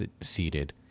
seated